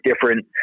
different